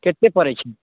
केते पड़ै छै